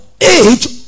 age